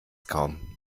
kaum